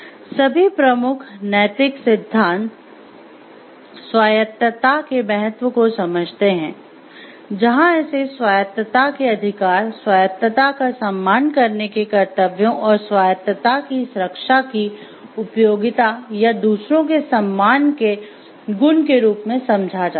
सभी प्रमुख नैतिक सिद्धांत स्वायत्तता के महत्व को समझते हैं जहां इसे स्वायत्तता के अधिकार स्वायत्तता का सम्मान करने के कर्तव्यों और स्वायत्तता की रक्षा की उपयोगिता या दूसरों के सम्मान के गुण के रूप में समझा जाता है